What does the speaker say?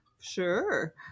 Sure